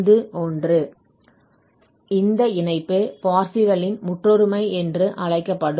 இந்த இணைப்பு Parseval Parseval's ன் முற்றொருமை என்று அழைக்கப்படும்